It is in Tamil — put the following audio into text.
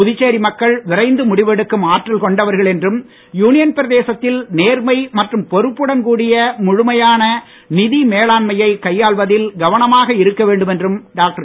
புதுச்சேரி மக்கள் விரைந்து முடிவெடுக்கும் ஆற்றல் கொண்டவர்கள் என்றும் யூனியன் பிரதேசத்தில் நேர்மை மற்றும் பொறுப்புடன் கூடிய முழுமையான நிதி மேலாண்மையை கையாள்வதில் கவனமாக இருக்க வேண்டும் என்றும் டாக்டர்